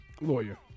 Lawyer